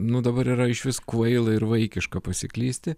nu dabar yra išvis kvaila ir vaikiška pasiklysti